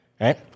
right